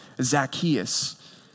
Zacchaeus